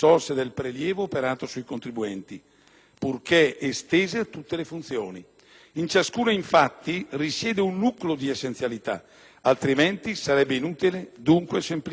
purché estese a tutte le funzioni. In ciascuna, infatti, risiede un nucleo di essenzialità, altrimenti sarebbe inutile e dunque semplicemente non andrebbe esercitata.